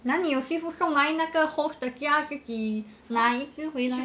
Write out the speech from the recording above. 哪里有 seafood 送来那个 host 的家自己拿一只回来